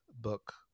book